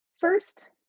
First